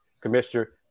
commissioner